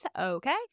Okay